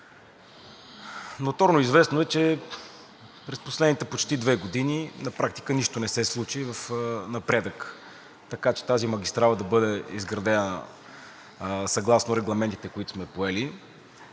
Ноторно известно е, че през последните почти две години на практика нищо не се случи, така че тази магистрала да бъде изградена съгласно регламентите, които сме поели,